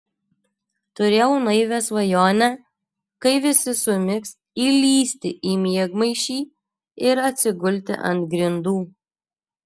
turėjau naivią svajonę kai visi sumigs įlįsti į miegmaišį ir atsigulti ant grindų